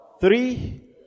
three